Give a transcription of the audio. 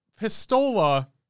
Pistola